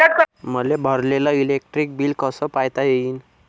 मले भरलेल electric bill कस पायता येईन?